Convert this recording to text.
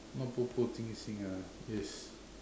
not 步步惊心 ah is